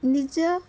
ନିଜ